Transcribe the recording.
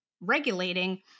regulating